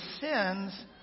sins